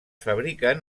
fabriquen